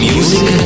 Music